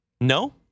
No